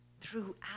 throughout